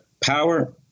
power